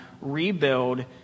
rebuild